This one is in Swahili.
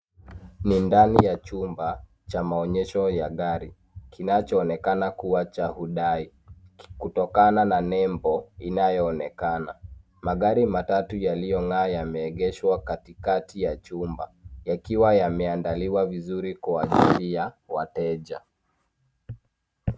Ni ndani ya chumba cha maonyesho ya gari kinachoonekana kuwa cha hudai kutokana na nembo inayoonekana ,magari matatu yaliyong'aa yameegeshwa katikati ya chumba yakiwa yameandaliwa vizuri kwa ajili ya wateja.